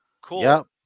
Cool